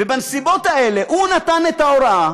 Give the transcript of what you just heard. ובנסיבות האלה, הוא נתן את ההוראה